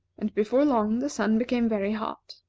and before long the sun became very hot.